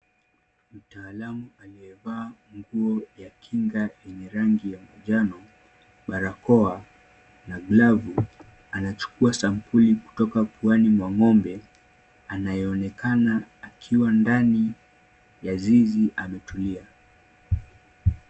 Mtaalamu aliyevaa nguo ya kinga yenye rangi ya manjano, barakoa, na glavu, anachukua sampuli kutoka puani mwa ng'ombe anaonekana akiwa ndani ya zizi ametulia.